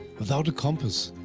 without a compass,